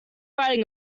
writing